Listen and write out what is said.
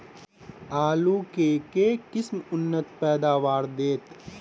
आलु केँ के किसिम उन्नत पैदावार देत?